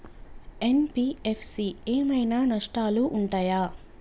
NBFC ఏమైనా నష్టాలు ఉంటయా?